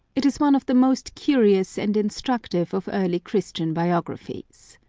it is one of the most curious and instructive of early christian bio graphies.